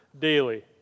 daily